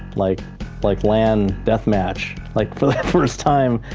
like like land, death match, like first time,